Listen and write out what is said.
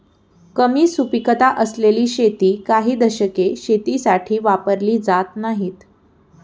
कमी सुपीकता असलेली शेती काही दशके शेतीसाठी वापरली जात नाहीत